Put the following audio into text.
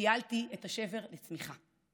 תיעלתי את השבר לצמיחה.